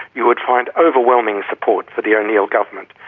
you would find overwhelming support for the o'neill government,